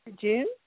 June